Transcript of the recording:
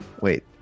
Wait